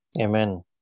Amen